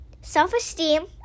self-esteem